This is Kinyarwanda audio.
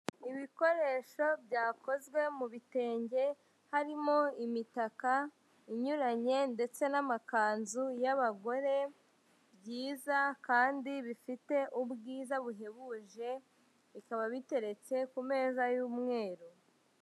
Ibikoresho byakozwe mu bitenge, harimo imitaka inyuranye ndetse n'amakanzu y'abagore, byiza kandi bifite ubwiza buhebuje, bikaba biteretse ku meza y'umweru.